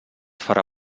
farà